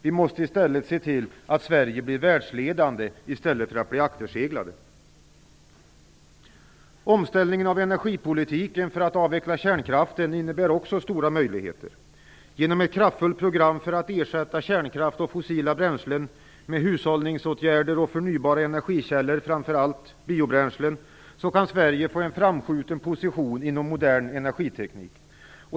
Vi måste se till att Sverige blir världsledande i stället för att bli akterseglat. Omställningen av energipolitiken för att avveckla kärnkraften innebär också stora möjligheter. Genom ett kraftfullt program för att ersätta kärnkraft och fossila bränslen med hushållningsåtgärder och förnybara energikällor, framför allt biobränslen, kan Sverige få en framskjuten position inom modern energiteknik.